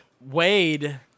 Wade